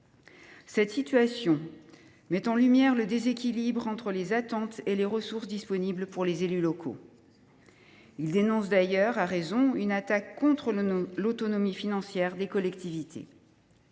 Cette situation met en lumière le déséquilibre entre les attentes et les ressources disponibles pour les élus locaux. Ces derniers dénoncent d’ailleurs, à raison, une attaque contre l’autonomie financière des collectivités.